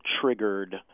triggered